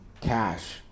cash